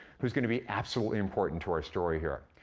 who's gonna be absolutely important to our story here.